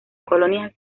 colonial